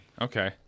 Okay